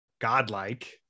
godlike